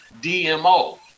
DMO